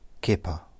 Kipper